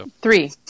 three